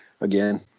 again